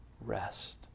rest